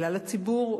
כלל הציבור,